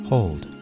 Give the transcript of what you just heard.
Hold